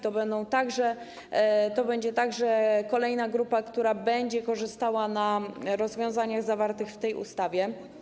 To będzie także kolejna grupa, która będzie korzystała na rozwiązaniach zawartych w tej ustawie.